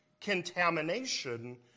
contamination